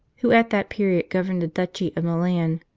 who at that period governed the duchy of milan,